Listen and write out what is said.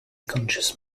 conscious